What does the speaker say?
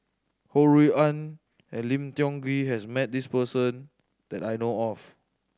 Ho Rui An and Lim Tiong Ghee has met this person that I know of